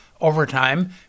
overtime